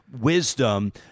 wisdom